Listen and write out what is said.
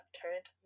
turned